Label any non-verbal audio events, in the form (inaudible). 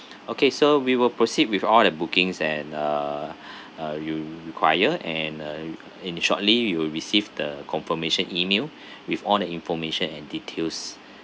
okay so we will proceed with all the bookings and err uh you require and uh in a shortly you will receive the confirmation email (breath) with all the information and details